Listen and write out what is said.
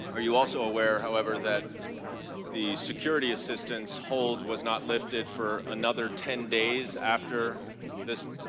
are you also aware, however, that the security assistance hold was not lifted for another ten days after this?